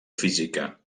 física